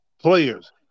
players